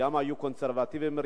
וגם שם היו קונסרבטיבים ורפורמים.